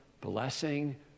blessing